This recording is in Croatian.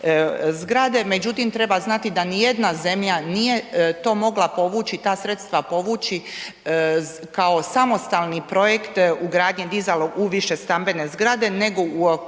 međutim treba znati da nijedna zemlja nije to mogla povući, ta sredstva povući kao samostalni projekt ugradnji dizalo u više stambene zgrade, nego u okviru